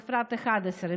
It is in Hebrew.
ובפרט 11,